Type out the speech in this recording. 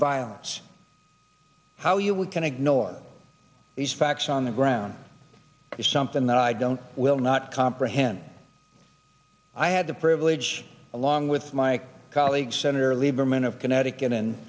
violence how you would can ignore these facts on the ground is something that i don't will not comprehend i had the privilege along with my colleagues senator lieberman of connecticut and